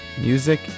Music